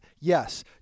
Yes